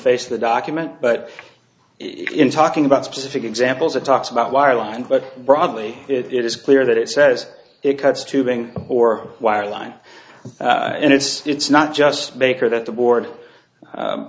face of the document but if talking about specific examples it talks about wireline but broadly it is clear that it says it cuts tubing or wire line and it's it's not just baker that the board